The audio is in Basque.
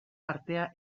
artea